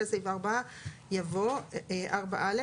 אחרי סעיף 4 לחוק העיקרי יבוא: "תחולה